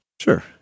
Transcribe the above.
Sure